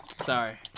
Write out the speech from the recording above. Sorry